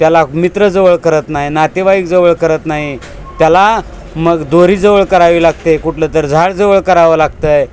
त्याला मित्र जवळ करत नाही नातेवाईक जवळ करत नाही त्याला मग दोरी जवळ करावी लागते कुठलं तरी झाड जवळ करावं लागतं आहे